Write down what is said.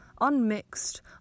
unmixed